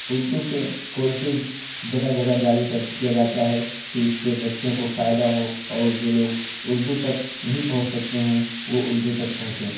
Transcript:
اردو کے کورسز جگہ جگہ جاری کرد کیا جاتا ہے کہ اس سے بچّوں کو فائدہ ہو اور جو لوگ اردو تک نہیں پہنچ سکتے ہیں وہ اردو تک پہنچیں